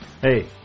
Hey